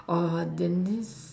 orh than this